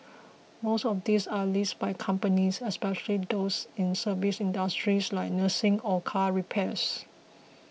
most of these are leased by companies especially those in service industries like nursing or car repairs